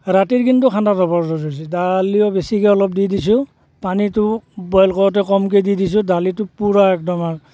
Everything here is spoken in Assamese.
ৰাতিৰ কিন্তু খানাটো জবৰদস্ত হৈছে দালিও বেছিকৈ অলপ দি দিছোঁ পানীটো বইল কৰোঁতে কমকৈ দি দিছোঁ দালিটো পূৰা একদম আৰু